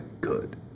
good